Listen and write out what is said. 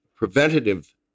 preventative